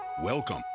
Welcome